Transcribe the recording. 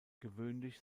gewöhnlich